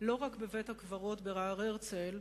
לא רק בבית-הקברות בהר-הרצל,